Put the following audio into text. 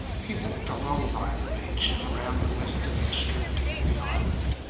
he walked along by the beach around the western extremity of the island,